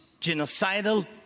genocidal